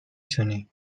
تونی